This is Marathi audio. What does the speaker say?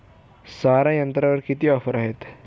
सारा यंत्रावर किती ऑफर आहे?